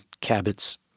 Cabot's